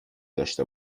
داشته